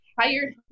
hired